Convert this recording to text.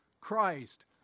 Christ